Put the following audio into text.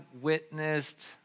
witnessed